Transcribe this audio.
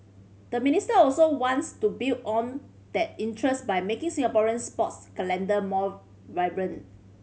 the minister also wants to build on that interest by making Singaporeans sports calendar more vibrant